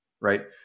right